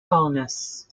colonists